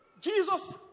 Jesus